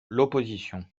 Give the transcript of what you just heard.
l’opposition